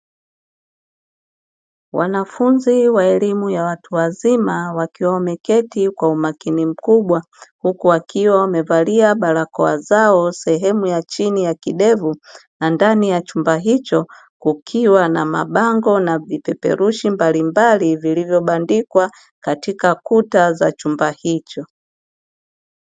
Wanafunzi wa elimu ya watu wazima wakiwa wameketi kwa umakini mkubwa huku akiwa amevalia barakoa zao sehemu ya chini ya kidevu na ndani ya chumba hicho kukiwa na mabango na vipeperushi mbalimbali vilivyobandikwa katika kuta za chumba hicho.